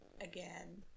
again